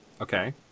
Okay